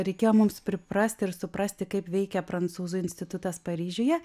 reikėjo mums priprasti ir suprasti kaip veikia prancūzų institutas paryžiuje